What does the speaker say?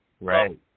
Right